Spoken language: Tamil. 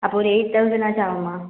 அப்போது ஒரு எயிட் தௌசண்ட்னாச்சும் ஆகும்மா